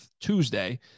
Tuesday